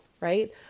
right